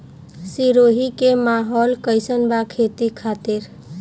सिरोही के माहौल कईसन बा खेती खातिर?